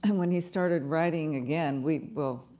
and when he started writing again, we, well,